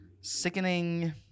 sickening